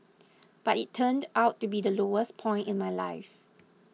but it turned out to be the lowest point in my life